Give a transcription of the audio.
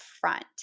front